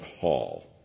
hall